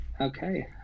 Okay